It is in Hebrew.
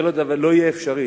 זה לא יהיה אפשרי.